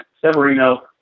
Severino